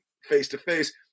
Face-to-face